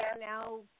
now